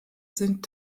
sind